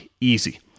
easy